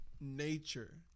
nature